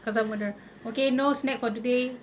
kau saman dia okay no snack for today